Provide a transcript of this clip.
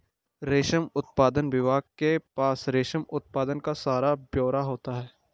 रेशम उत्पादन विभाग के पास रेशम उत्पादन का सारा ब्यौरा होता है